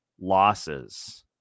losses